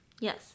Yes